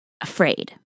afraid